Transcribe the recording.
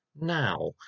Now